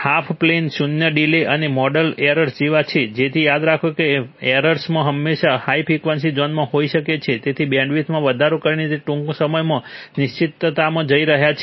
half plane શૂન્ય એ delay અને મોડેલ એરર્સ જેવા છે તેથી યાદ રાખો કે મોડેલ એરર્સ હંમેશા હાઈ ફ્રીક્વન્સી ઝોનમાં હાઈ હોય છે તેથી બેન્ડવિડ્થમાં વધારો કરીને તમે ટૂંક સમયમાં અનિશ્ચિતતામાં જઇ રહ્યા છો